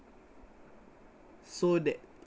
so that